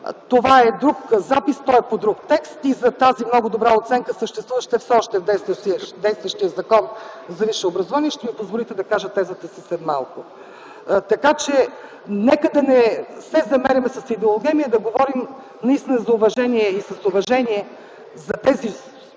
това е друг запис. Той е по друг текст и за тази много добра оценка, съществуваща все още в действащия Закон за висше образование, ще ми позволите да кажа тезата си след малко. Така че нека да не се замеряме с идеологеми, а да говорим наистина за уважение и с уважение за тези